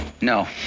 No